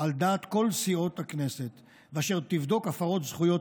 על דעת כל סיעות הכנסת אשר תבדוק הפרות זכויות